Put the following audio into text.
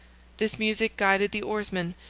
this music guided the oarsmen,